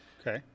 Okay